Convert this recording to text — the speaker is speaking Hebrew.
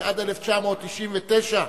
שעד 1999,